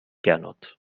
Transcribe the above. gernot